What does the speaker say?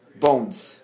bones